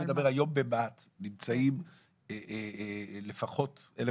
אני מדבר היום במה"ט נמצאים לפחות 1,000